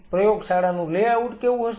તેથી પ્રયોગશાળાનું લેઆઉટ કેવું હશે